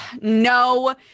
No